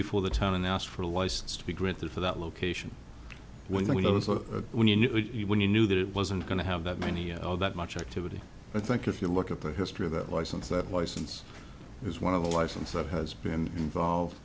before the town and asked for a license to be granted for that location when it was a when you knew when you knew that it wasn't going to have that many all that much activity i think if you look at the history of that license that license is one of the license that has been involved